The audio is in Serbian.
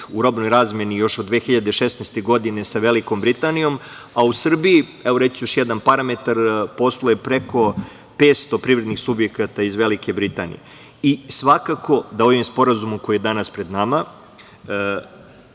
u robnoj razmeni još od 2016. godine sa Velikom Britanijom, a u Srbiji, reći ću još jedan parametar, posluje preko 500 privrednih subjekata iz Velike Britanije. Svakako da se ovim sporazumom koji je danas pred nama